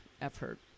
effort